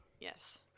Yes